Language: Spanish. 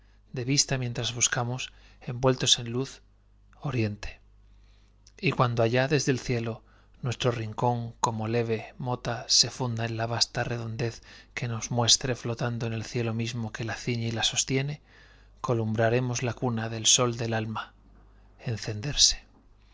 de vista mientras buscamos envueltos en luz oriente y cuando allá desde el cielo nuestro rincón como leve mota se funda en la vasta redondez que se nos muestre flotando en el cielo mismo que la ciñe y la sostiene columbraremos la cuna del sol del alma encenderse las